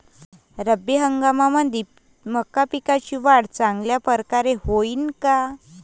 रब्बी हंगामामंदी मका पिकाची वाढ चांगल्या परकारे होईन का?